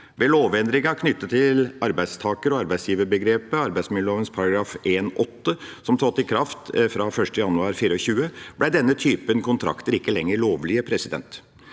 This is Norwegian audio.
Ved lovendringa knyttet til arbeidstaker- og arbeidsgiverbegrepet – arbeidsmiljøloven § 1-8, som trådte i kraft 1. januar 2024 – ble denne typen kontrakter ikke lenger lovlige. Etter denne